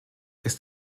ist